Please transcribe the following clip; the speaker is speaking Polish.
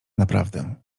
naprawdę